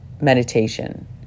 meditation